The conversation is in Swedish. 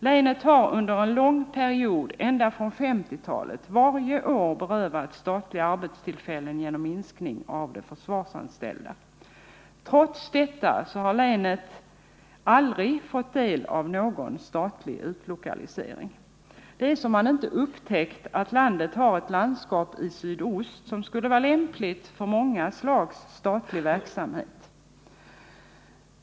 Länet har under en lång period, ända från 1950-talet, varje år berövats statliga arbetstillfällen genom minskning av antalet försvarsanställda. Trots det har länet aldrig fått del av någon statlig utlokalisering. Det är som om man inte upptäckt att landet har ett landskap i sydost som skulle vara lämpligt för många slag av statlig verksamhet.